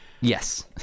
Yes